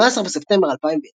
ב־18 בספטמבר 2010,